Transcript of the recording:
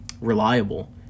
reliable